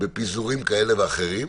בפיזורים כאלה ואחרים.